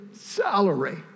salary